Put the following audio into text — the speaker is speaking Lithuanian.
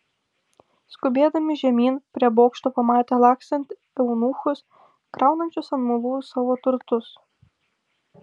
skubėdami žemyn prie bokšto pamatė lakstant eunuchus kraunančius ant mulų savo turtus